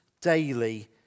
daily